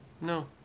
No